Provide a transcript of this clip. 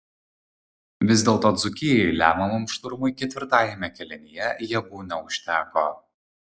vis dėlto dzūkijai lemiamam šturmui ketvirtajame kėlinyje jėgų neužteko